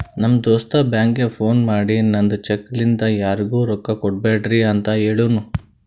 ನಮ್ ದೋಸ್ತ ಬ್ಯಾಂಕ್ಗ ಫೋನ್ ಮಾಡಿ ನಂದ್ ಚೆಕ್ ಲಿಂತಾ ಯಾರಿಗೂ ರೊಕ್ಕಾ ಕೊಡ್ಬ್ಯಾಡ್ರಿ ಅಂತ್ ಹೆಳುನೂ